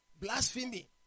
blasphemy